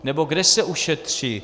Nebo kde se ušetří?